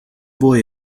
boy